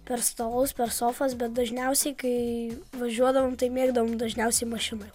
per stalus per sofas bet dažniausiai kai važiuodavom tai mėgdavom dažniausiai mašinoj